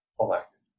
elected